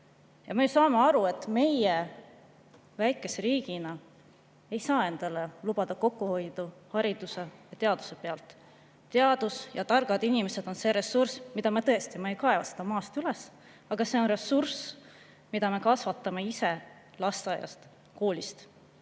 saame aru, et meie väikese riigina ei saa endale lubada kokkuhoidu hariduse ja teaduse pealt. Teadus ja targad inimesed on see ressurss, mida me tõesti ei kaeva maast, aga see on ressurss, mida me kasvatame ise lasteaias, koolis.